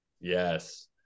yes